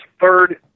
third